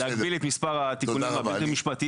גם במהלך ההיתר מתקבל